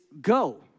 Go